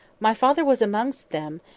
my father was amongst them,